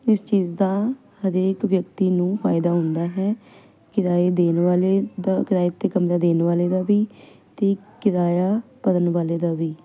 ਇਸ ਚੀਜ਼ ਦਾ ਹਰੇਕ ਵਿਅਕਤੀ ਨੂੰ ਫਾਇਦਾ ਹੁੰਦਾ ਹੈ ਕਿਰਾਏ ਦੇਣ ਵਾਲੇ ਦਾ ਕਿਰਾਏ ਤੇ ਕਮਰਾ ਦੇਣ ਵਾਲੇ ਦਾ ਵੀ ਤੇ ਕਿਰਾਇਆ ਭਰਨ ਵਾਲੇ ਦਾ ਵੀ